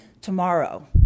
tomorrow